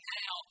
now